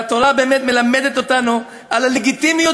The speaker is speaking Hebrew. והתורה באמת מלמדת אותנו על הלגיטימיות